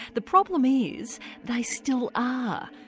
the problem is they still are,